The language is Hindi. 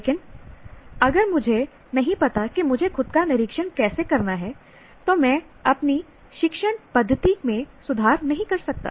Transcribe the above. लेकिन अगर मुझे नहीं पता कि मुझे खुद का निरीक्षण कैसे करना है तो मैं अपनी शिक्षण पद्धति में सुधार नहीं कर सकता